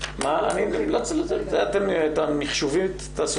12:30.